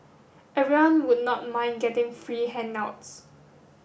everyone would not mind getting free handouts